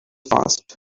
fast